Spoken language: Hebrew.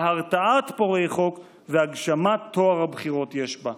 הרתעת פורעי חוק והגשמת טוהר הבחירות יש בה.